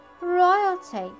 royalty